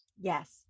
Yes